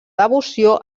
devoció